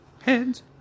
Heads